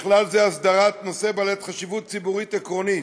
ככלל, הסדרת נושא בעל חשיבות ציבורית עקרונית,